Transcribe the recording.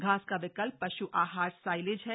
घास का विकल्प पश् आहार साईलेज है